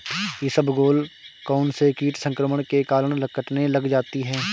इसबगोल कौनसे कीट संक्रमण के कारण कटने लग जाती है?